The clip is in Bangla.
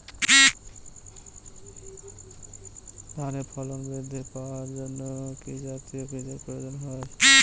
ধানে ফলন বৃদ্ধি পাওয়ার জন্য কি জাতীয় বীজের প্রয়োজন?